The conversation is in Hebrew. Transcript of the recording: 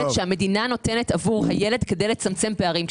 שהמדינה נותנת עבור הילד כדי לצמצם פערים.